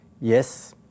Yes